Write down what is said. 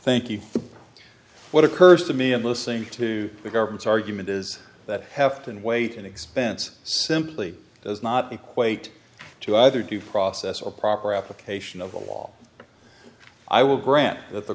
thank you what occurs to me in listening to the government's argument is that have to wait and expense simply does not equate to either due process or proper application of the law i will grant that the